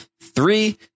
three